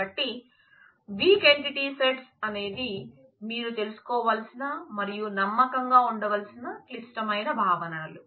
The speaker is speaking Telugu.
కాబట్టి వీక్ ఎంటిటీ సెట్స్ అనేది మీరు తెలుసుకోవలసిన మరియు నమ్మకంగా ఉండవలసిన క్లిష్టమైన భావనలు